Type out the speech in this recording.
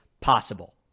possible